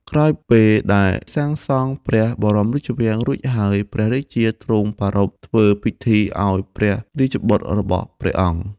ក្រោយពេលដែលសាងសង់ព្រះបរមរាជវាំងរួចហើយ ព្រះរាជាទ្រង់ប្រារព្ធធ្វើពិធីឲ្យព្រះរាជបុត្ររបស់ព្រះអង្គ ។